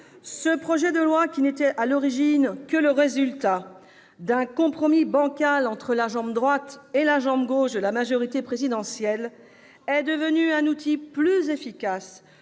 ce projet de loi, qui n'était à l'origine que le résultat d'un compromis bancal entre la jambe droite et la jambe gauche de la majorité présidentielle, est devenu un outil plus efficace,